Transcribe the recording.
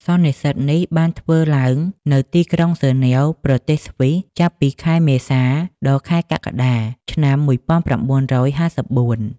សន្និសីទនេះបានធ្វើឡើងនៅទីក្រុងហ្សឺណែវ ប្រទេសស្វីស ចាប់ពីខែមេសា ដល់ខែកក្កដា ឆ្នាំ១៩៥៤។